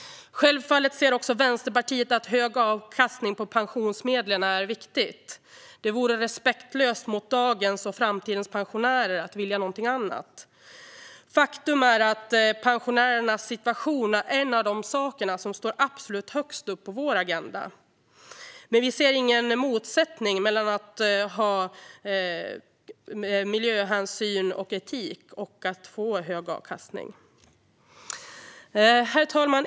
Självfallet ser också Vänsterpartiet att hög avkastning på pensionsmedlen är viktigt. Det vore respektlöst mot dagens och framtidens pensionärer att vilja något annat. Faktum är att pensionärernas situation är en av de saker som står absolut högst upp på vår agenda. Men vi ser ingen motsättning mellan att få hög avkastning och att ta hänsyn till miljö och etik. Herr talman!